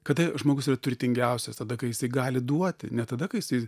kada žmogus yra turtingiausias tada kai jisai gali duoti ne tada kai jisai